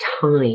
time